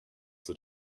that